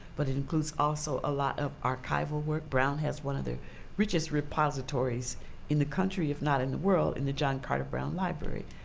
but includes also a lot of archival work. brown has one of the richest repositories in the country, if not in the world, in the john carter brown library.